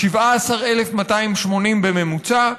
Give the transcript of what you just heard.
17,280 בממוצע.